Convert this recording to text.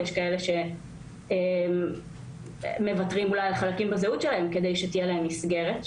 יש כאלה שמוותרים אולי על חלקים בזהות שלהם כדי שתהיה להם מסגרת,